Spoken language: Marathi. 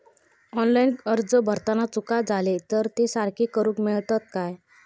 ऑनलाइन अर्ज भरताना चुका जाले तर ते सारके करुक मेळतत काय?